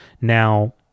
Now